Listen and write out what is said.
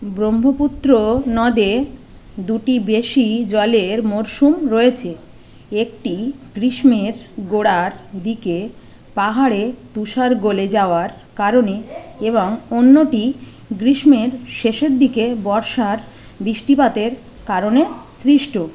ব্রহ্মপুত্র নদে দুটি বেশি জলের মরশুম রয়েছে একটি গ্রীষ্মের গোড়ার দিকে পাহাড়ে তুষার গলে যাওয়ার কারণে এবং অন্যটি গ্রীষ্মের শেষের দিকে বর্ষার বৃষ্টিপাতের কারণে সৃষ্ট